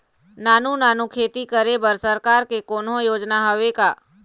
नानू नानू खेती करे बर सरकार के कोन्हो योजना हावे का?